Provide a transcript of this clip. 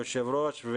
היושב ראש,